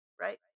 Right